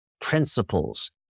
principles